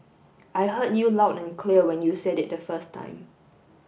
I heard you loud and clear when you said it the first time